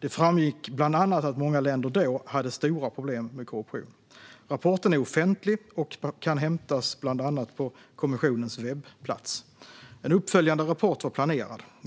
Det framgick bland annat att många länder då hade stora problem med korruption. Rapporten är offentlig och kan hämtas bland annat på kommissionens webbplats. En uppföljande rapport var planerad.